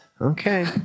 okay